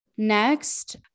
Next